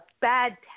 bad